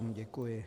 Děkuji.